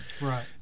right